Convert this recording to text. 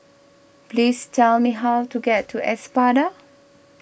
please tell me how to get to Espada